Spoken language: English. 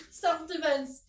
Self-defense